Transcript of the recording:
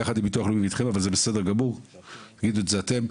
אבל זה בסדר גמור שאתם תעשו זאת.